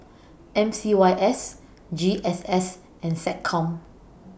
M C Y S G S S and Seccom